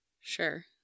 sure